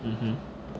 mmhmm